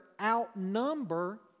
outnumber